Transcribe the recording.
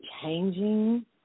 changing